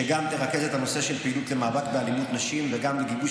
שגם תרכז את הנושא של הפעילות במאבק באלימות נגד נשים וגם בגיבוש